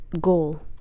goal